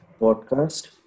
podcast